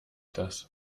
das